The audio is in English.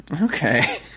okay